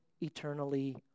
eternally